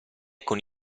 con